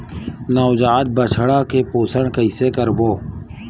नवजात बछड़ा के पोषण कइसे करबो?